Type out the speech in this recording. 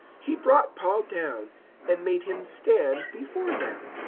he brought paul down and made him stand before them.